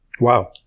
Wow